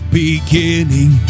beginning